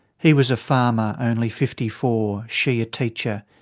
he was a farmer only fifty four, she a teacher.